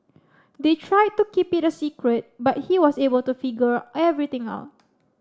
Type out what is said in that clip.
they tried to keep it a secret but he was able to figure everything out